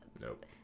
Nope